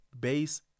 base